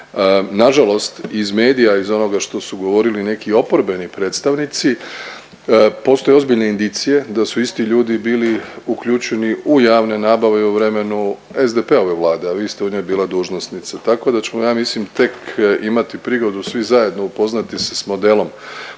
Nažalost iz medija i iz onoga što su govorili neki oporbeni predstavnici postoje ozbiljne indicije da su isti ljudi bili uključeni u javne nabave i u vremenu SDP-ove Vlade, a vi ste u njoj bila dužnosnica. Tako da ćemo ja mislim tek, imati prigodu svi zajedno upoznati se s modelom nabave